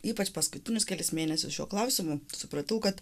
ypač paskutinius kelis mėnesius šiuo klausimu supratau kad